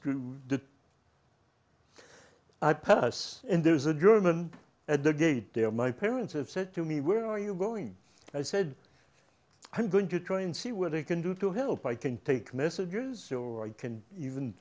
to the i pass and there is a german at the gate there my parents have said to me where are you going i said i'm going to try and see where they can do to help i can take messages or i can even